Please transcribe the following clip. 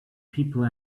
people